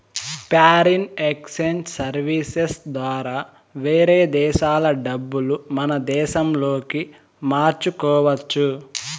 foreign exchange services ద్వారా వేరే దేశాల డబ్బులు మన దేశంలోకి మార్చుకోవచ్చు